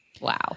Wow